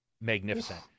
magnificent